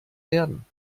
werden